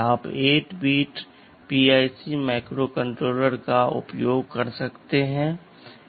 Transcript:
आप 8 bit PIC microcontroller का उपयोग कर सकते हैं